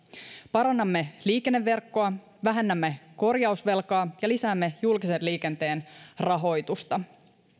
parannamme liikenneverkkoa vähennämme korjausvelkaa ja lisäämme julkisen liikenteen rahoitusta